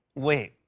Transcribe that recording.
wait,